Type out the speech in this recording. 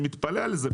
אני מתפלא על זה,